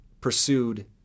pursued